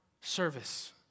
service